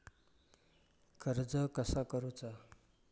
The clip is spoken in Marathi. कर्ज कसा करूचा?